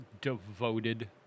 devoted